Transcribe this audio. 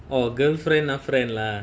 oh girlfriend ah friend lah